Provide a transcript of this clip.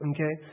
Okay